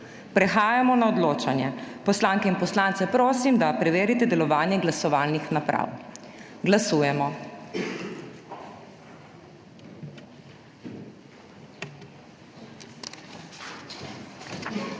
Prehajamo na odločanje. Poslanke in poslance prosim, da preverite delovanje glasovalnih naprav! Glasujemo.